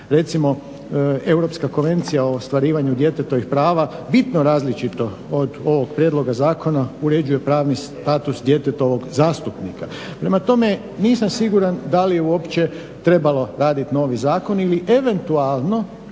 Recimo Europska konvencija o ostvarivanju djetetovih prava bitno različito od ovog prijedloga zakona uređuje pravni status djetetovog zastupnika. Prema tome, nisam siguran da li je uopće trebalo raditi novi zakon ili eventualno